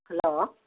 hello